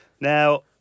Now